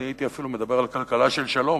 אני הייתי מדבר על כלכלה של שלום.